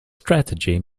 strategy